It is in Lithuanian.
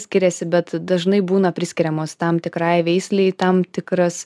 skiriasi bet dažnai būna priskiriamos tam tikrai veislei tam tikras